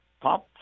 pump